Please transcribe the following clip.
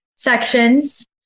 sections